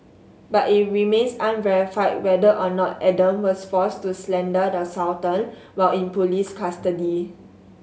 but it remains unverified whether or not Adam was forced to slander the Sultan while in police custody